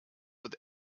with